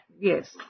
Yes